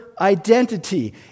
identity